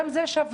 גם זה שווה.